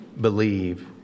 believe